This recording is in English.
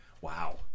Wow